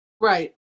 Right